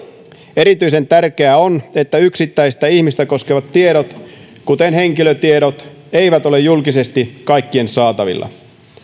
erityisen tärkeää on että yksittäistä ihmistä koskevat tiedot kuten henkilötiedot eivät ole julkisesti kaikkien saatavilla